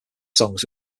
songs